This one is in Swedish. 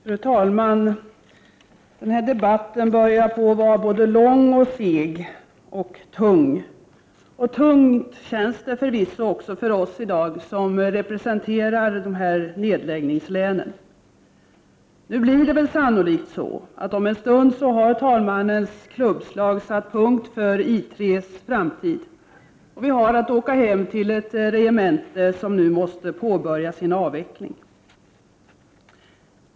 Fru talman! Denna debatt börjar bli både lång och seg — och tung. Tungt känns det förvisso i dag för oss som representerar de län där regementen skall läggas ned. Det blir väl sannolikt så, att om en stund har talmannens klubbslag satt punkt för I 3:s framtid, och vi har att åka hem till ett regemente som nu måste påbörja sin avveckling.